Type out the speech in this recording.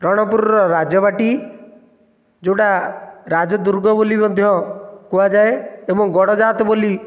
ରଣପୁରର ରାଜବାଟି ଯେଉଁଟା ରାଜଦୁର୍ଗ ବୋଲି ମଧ୍ୟ କୁହାଯାଏ ଏବଂ ଗଡ଼ଜାତ ବୋଲି